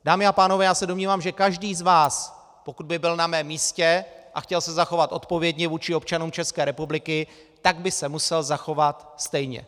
Dámy a pánové, domnívám se, že každý z vás, pokud by byl na mém místě a chtěl se zachovat odpovědně vůči občanům České republiky, by se musel zachovat stejně.